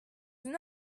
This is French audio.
une